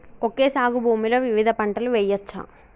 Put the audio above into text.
Okay సాగు భూమిలో వివిధ పంటలు వెయ్యచ్చా?